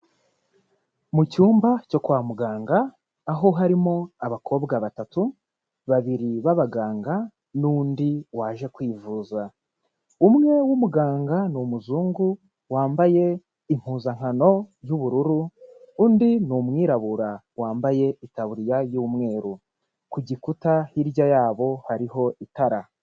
Mu cyumba cyo kwa muganga, aho harimo abakobwa batatu, babiri b'abaganga n'undi waje kwivuza, umwe w'umuganga ni umuzungu wambaye impuzankano z'ubururu, undi ni umwirabura wambaye itaburiya y'umweru, ku gikuta hirya yabo hariho itara.